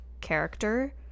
character